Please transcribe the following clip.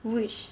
which